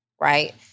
right